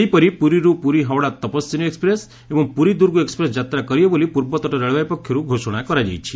ସେହିପରି ପୁରୀରୁ ପୁରୀ ହାଓ୍ୱଡ଼ା ତପସ୍ୱିନୀ ଏକ୍ପ୍ରେସ୍ ଏବଂ ପୁରୀ ଦୁର୍ଗ ଏକ୍ପ୍ରେସ୍ ଯାତ୍ରା କରିବ ବୋଲି ପୂବତଟ ରେଳବାଇ ପକ୍ଷରୁ ଘୋଷଣା କରାଯାଇଛି